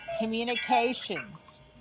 communications